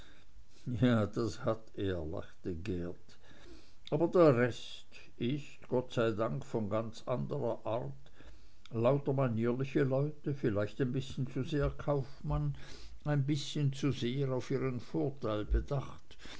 ja das hat er lachte geert aber der rest ist gott sei dank von ganz anderer art lauter manierliche leute vielleicht ein bißchen zu sehr kaufmann ein bißchen zu sehr auf ihren vorteil bedacht